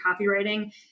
copywriting